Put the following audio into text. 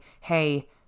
hey